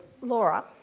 Laura